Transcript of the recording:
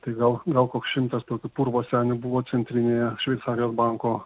tai gal gal koks šimtas tokių purvo senių buvo centrinėje šveicarijos banko